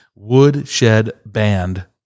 Woodshedband